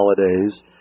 holidays